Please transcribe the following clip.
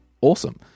Awesome